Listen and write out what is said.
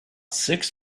six